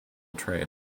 trade